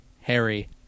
Harry